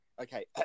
Okay